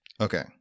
Okay